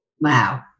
Wow